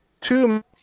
Two